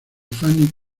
fanny